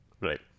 right